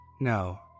no